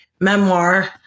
memoir